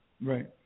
Right